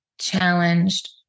challenged